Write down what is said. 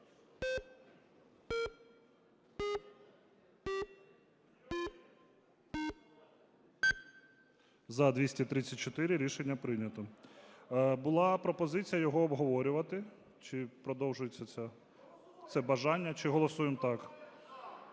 За-234 Рішення прийнято. Була пропозиція його обговорювати. Чи продовжується це бажання, чи голосуємо так?